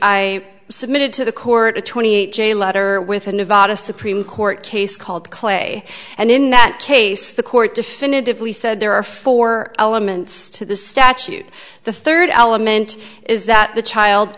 i submitted to the court at twenty eight j letter with a nevada supreme court case called clay and in that case the court definitively said there are four elements to the statute the third element is that the child